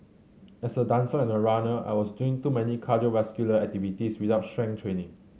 as a dancer and a runner I was doing too many cardiovascular activities without strength training